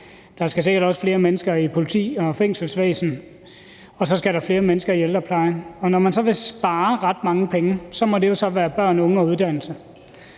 der skal sikkert også flere mennesker i politi- og fængselsvæsen, og så skal der flere mennesker i ældreplejen. Og når man så vil spare ret mange penge, må det jo være på børn, unge og uddannelse.